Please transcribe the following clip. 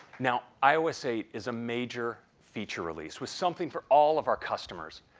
now, ios eight is a major feature release with something for all of our customers.